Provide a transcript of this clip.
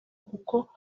kuko